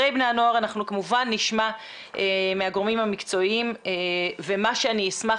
אחרי בני הנוער אנחנו כמובן נשמע מהגורמים המקצועיים ומה שאשמח